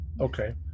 Okay